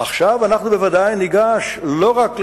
עכשיו אנחנו ודאי ניגש לא רק לשינוי,